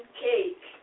cake